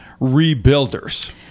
rebuilders